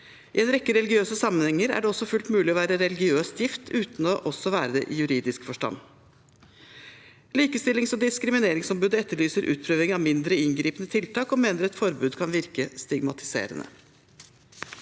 I en rekke religiøse sammenhenger er det også fullt mulig å være religiøst gift uten å være det i juridisk forstand. Likestillings- og diskrimineringsombudet etterlyser utprøving av mindre inngripende tiltak og mener et forbud kan virke stigmatiserende.